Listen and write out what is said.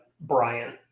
Brian